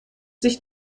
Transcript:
sich